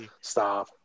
Stop